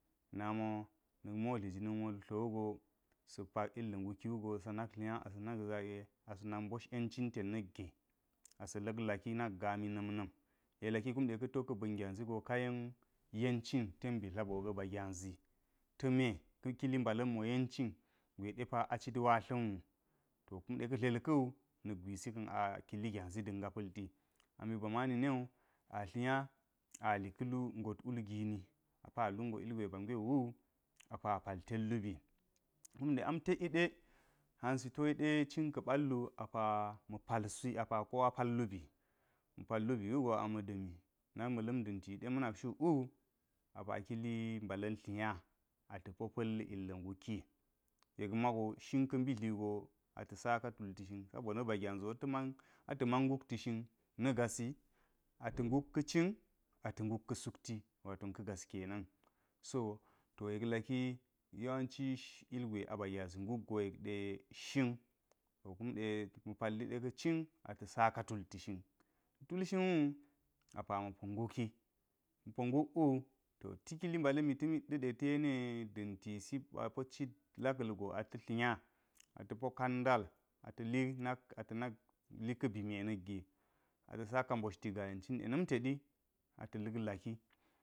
Namo na̱k modli jona̱nwo kume lu tlowu go sa̱ pak ilga̱ nguki wu go ata̱ nal tlinya ata̱ zage asa̱ nak mbosh yenci ted na̱k ge asa̱ la̱k laki nak gami na̱m-na̱m yek laki kume ka̱to ka̱ ba̱n gyazi go ke yen yencin ten bi dlaboo ga̱ ba gyazi ta̱me kili mbala̱n mo yencin gwe depa acit watla̱n wu to kume ka̱ dlel ka̱wu na̱k gwisi ka̱n akili gyazi da̱nga pa̱lti. Ami ba mani newu atlinya ali ka̱ lu ngot wul gini a pa ngo ilgwe ba ngwe wo apa a pal ted lubi kumde ɗam tekyiɗe hantsi toyiɗe kin ka̱ ballu apa ma̱ palsuwi apa kowa pal lubi ma̱ pal lubi wu go da̱mi nak ma̱ tla̱m da̱nti ɗe ma̱ nak shukwu apa kili mbala̱n tlinya ate po pa̱l ilga̱ nguki yek migo shinka̱ mbi dligo ata̱ saka tulti shini sabo na̱ bagyazi go ata̱ man ngukti shin na̱ gasi ata̱ nguk ka̱ cin ata̱ nguk ka̱ sukti wato ga̱ gaske nan so to yek laki yawanci ilgwe aba gyazi ngaggo yek de shin to kum de ma̱ palli ka̱ cin ata sa tulti shin, ta̱ tul shin wu apa ma̱ po nguki ma̱po nguk wu to ti kili mgala̱mi kume ta̱yeni da̱n tisi ɓapo cit laka̱l go ata̱ tlinya ata̱ po kan ndal ata̱li poli kɛbi me na̱k ge ata̱ saka mboshti gaa yencin dena̱m teɗi ata̱ lud laki.